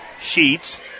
Sheets